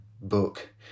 book